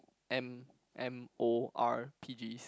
M_M_O_R_P_G